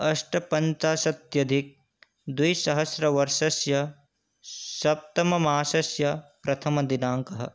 अष्टपञ्चाशदधिकद्विसहस्रवर्षस्य सप्तममासस्य प्रथमदिनाङ्कः